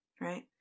Right